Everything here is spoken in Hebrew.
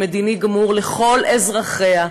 מדיני גמור לכל אזרחיה,